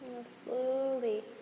slowly